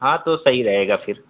ہاں تو صحیح رہے گا پھر